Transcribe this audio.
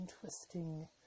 twisting